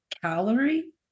calorie